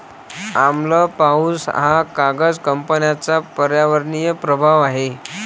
आम्ल पाऊस हा कागद कंपन्यांचा पर्यावरणीय प्रभाव आहे